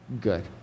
good